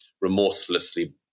remorselessly